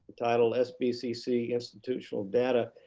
titled sbcc institutional data